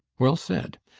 well said.